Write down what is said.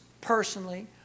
personally